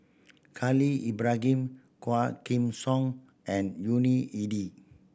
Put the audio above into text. Khalil Ibrahim Quah Kim Song and Yuni